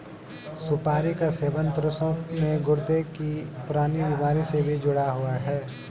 सुपारी का सेवन पुरुषों में गुर्दे की पुरानी बीमारी से भी जुड़ा हुआ है